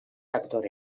aktore